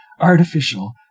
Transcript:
artificial